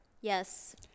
Yes